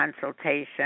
consultation